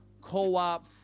co-op